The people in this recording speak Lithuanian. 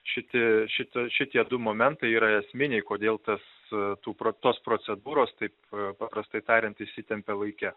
šiti šiti šitie du momentai yra esminiai kodėl tas tų pro tos procedūros taip paprastai tariant išsitempia laike